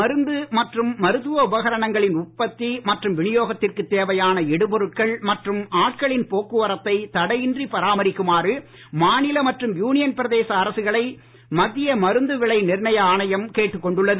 மருந்து மற்றும் மருத்துவ உபகரணங்களின் உற்பத்தி மற்றும் வினியோகத்திற்குத் தேவையான இடுபொருட்கள் மற்றும் ஆட்களின் போக்குவரத்தை தடையின்றி பராமரிக்குமாறு மாநில மற்றும் யூனியன் பிரதேச அரசுகளை மத்திய மருந்து விலை நிர்ணய ஆணையம் கேட்டுக் கொண்டுள்ளது